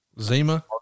Zima